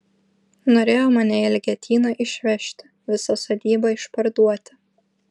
norėjo mane į elgetyną išvežti visą sodybą išparduoti